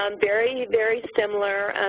um very, very similar,